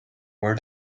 where